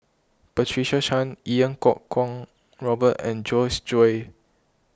Patricia Chan Iau Kuo Kwong Robert and Joyce Jue